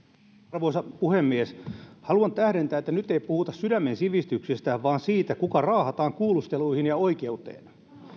arvoisa puhemies haluan tähdentää että nyt ei puhuta sydämen sivistyksestä vaan siitä kuka raahataan kuulusteluihin ja oikeuteen